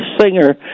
singer